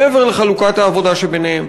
מעבר לחלוקת העבודה ביניהם.